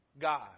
God